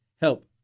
help